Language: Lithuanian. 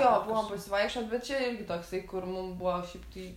jo buvom pasivaikščiot bet čia irgi toksai kur mum buvo šiaip tai